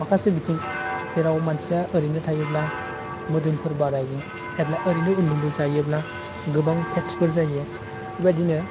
माखासे बिथिं जेराव मानसिया ओरैनो थायोब्ला मोदोमफोर बारायो एब्ला ओरैनो उन्दु उन्दु जायोब्ला गोबां फेथ्सफोर जायो बेबायदिनो